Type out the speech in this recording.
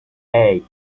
eggs